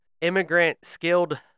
immigrant-skilled